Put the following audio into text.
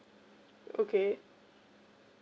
okay